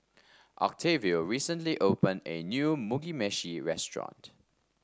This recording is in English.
Octavio recently opened a new Mugi Meshi Restaurant